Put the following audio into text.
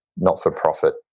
not-for-profit